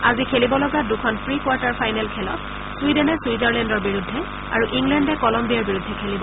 আজি খেলিব লগা দুখন প্ৰিকোৱাৰ্টাৰ ফাইনেলত চুইডেনে চুইজাৰলেণ্ডৰ বিৰুদ্ধে আৰু ইংলেণ্ডে কলগ্নিয়াৰ বিৰুদ্ধে খেলিব